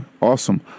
awesome